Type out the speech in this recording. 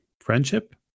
friendship